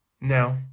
Now